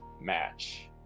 match